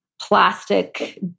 plastic